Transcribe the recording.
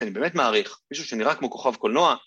אני באמת מעריך, מישהו שנראה כמו כוכב קולנוע.